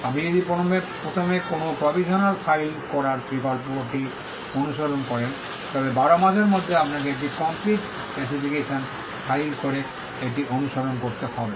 আপনি যদি প্রথমে কোনও প্রভিশনাল ফাইল করার বিকল্পটি অনুসরণ করেন তবে 12 মাসের মধ্যে আপনাকে একটি কমপ্লিট স্পেসিফিকেশন ফাইল করে এটি অনুসরণ করতে হবে